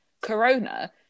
corona